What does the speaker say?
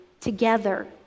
together